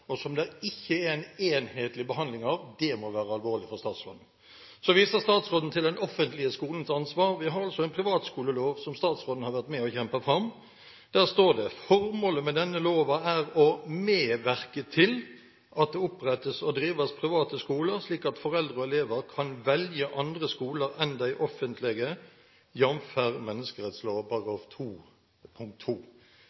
og som det ikke er en enhetlig behandling av. Det må være alvorlig for statsråden. Så viser statsråden til den offentlige skolens ansvar. Vi har altså en privatskolelov som statsråden har vært med og kjempet fram. Der står det: «Formålet med denne lova er å medverke til at det opprettast og drivast private skolar, slik at foreldre og elevar kan velje andre skolar enn